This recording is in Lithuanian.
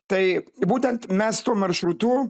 tai būtent mes tuo maršrutu